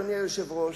אדוני היושב-ראש,